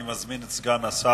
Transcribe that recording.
אני מזמין את סגן השר,